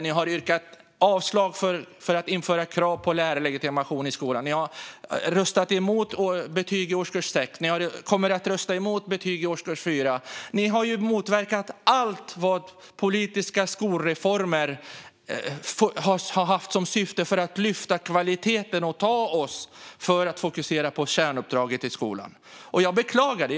Ni har yrkat avslag på att införa krav på lärarlegitimation i skolan. Ni har röstat emot betyg i årskurs 6, och ni kommer att rösta emot betyg i årskurs 4. Ni har ju motverkat allt som politiska skolreformer har syftat till för att lyfta kvaliteten och för att fokusera på kärnuppdraget i skolan. Jag beklagar det.